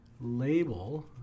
label